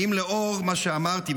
האם לאור מה שאמרתי,